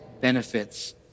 benefits